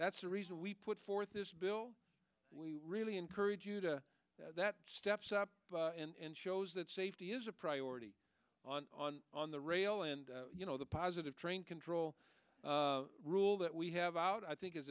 that's the reason we put forth this bill we really encourage you to that steps up and shows that safety is a priority on on on the rail and you know the positive train control rule that we have out i think is